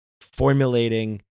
formulating